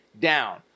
down